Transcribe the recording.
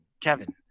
Kevin